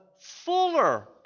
fuller